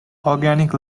organic